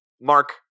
Mark